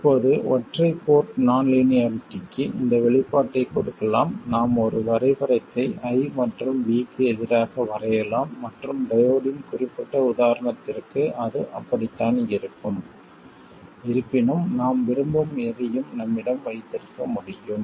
இப்போது ஒற்றை போர்ட் நான் லீனியாரிட்டிக்கு இந்த வெளிப்பாட்டைக் கொடுக்கலாம் நாம் ஒரு வரைபடத்தை I மற்றும் Vக்கு எதிராக வரையலாம் மற்றும் டயோட்டின் குறிப்பிட்ட உதாரணத்திற்கு அது அப்படித்தான் இருக்கும் இருப்பினும் நாம் விரும்பும் எதையும் நம்மிடம் வைத்திருக்க முடியும்